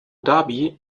dhabi